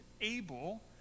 able